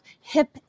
hip